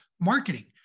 marketing